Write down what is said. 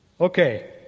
Okay